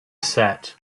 sat